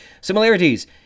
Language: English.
Similarities